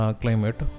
climate